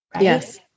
Yes